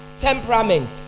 temperament